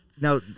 now